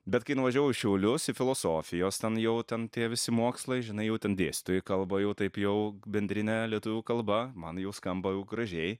bet kai nuvažiavau į šiaulius į filosofijos ten jau ten tie visi mokslai žinai jau ten dėstytojai kalba jau taip jau bendrine lietuvių kalba man jau skamba jau gražiai